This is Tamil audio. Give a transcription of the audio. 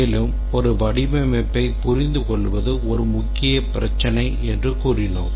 மேலும் ஒரு வடிவமைப்பைப் புரிந்துகொள்வது ஒரு முக்கிய பிரச்சினை என்று கூறினோம்